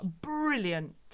brilliant